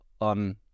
on